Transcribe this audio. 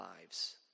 lives